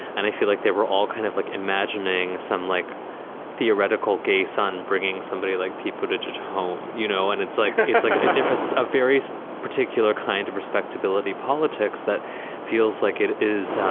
and i feel like they were all kind of like imagining some like theoretical gay son bringing somebody like people to judge home, you know, and it's like it's like a difference of various particular kind of respectability politics that feels like it is.